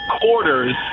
quarters